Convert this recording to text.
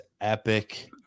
epic